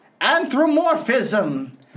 anthropomorphism